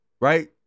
Right